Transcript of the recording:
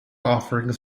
offerings